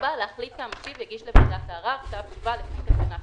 (4)להחליט כי המשיב יגיש לוועדת הערר כתב תשובה לפי תקנה 8,